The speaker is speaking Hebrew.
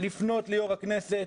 לפנות ליושב-ראש הכנסת